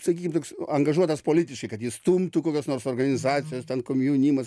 sakykim toks angažuotas politiškai kad jį stumtų kokios nors organizacijos ten komjaunimas